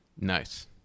nice